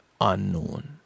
unknown